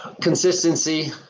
Consistency